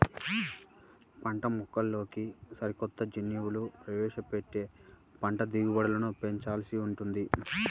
పంటమొక్కల్లోకి సరికొత్త జన్యువులు ప్రవేశపెట్టి పంట దిగుబడులను పెంచాల్సి ఉంది